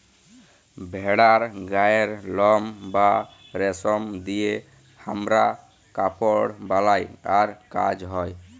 ভেড়ার গায়ের লম বা রেশম দিয়ে হামরা কাপড় বালাই আর কাজ হ্য়